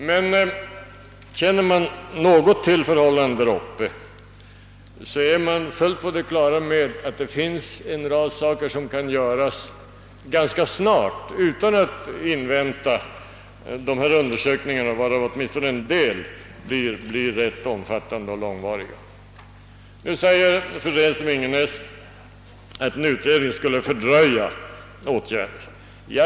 Men den som något känner till förhållandena där uppe är fullt på det klara med att en rad åtgärder kan vidtas ganska snart utan att man inväntar resultatet av dessa undersökningar, av vilka åtminstone en del kommer att bli rätt omfattande och långvariga. Nu säger fru Renström Ingenäs att ytterligare en utredning skulle fördröja åtgärderna.